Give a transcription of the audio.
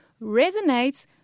resonates